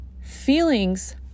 feelings